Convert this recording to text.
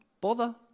bother